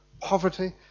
poverty